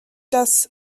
das